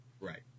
Right